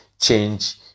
change